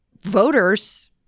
voters